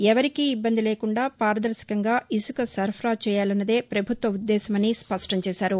ఎవరికీ ఇబ్బంది లేకుండా పారదర్భకంగా ఇసుక సరఫరా చేయాలన్నదే పభుత్వ ఉద్దేశమని స్పష్టంచేశారు